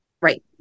Right